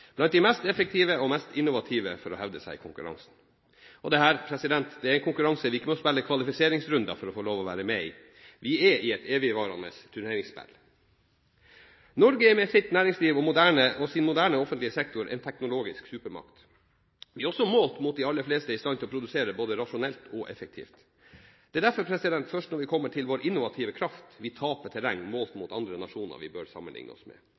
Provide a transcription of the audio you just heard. blant de beste teknologisk og blant de mest effektive og innovative for å hevde seg i konkurransen. Dette er en konkurranse vi ikke må spille kvalifiseringsrunder for å få være med i. Vi er i et evigvarende turneringsspill. Norge er med sitt næringsliv og sin moderne offentlige sektor en teknologisk supermakt. Vi er også – målt mot de aller fleste – i stand til å produsere både rasjonelt og effektivt. Det er derfor først når vi kommer til vår innovative kraft at vi taper terreng målt mot andre nasjoner vi bør sammenligne oss med.